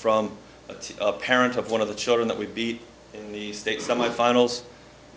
from a parent of one of the children that we beat in the states on my finals